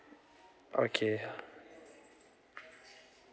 okay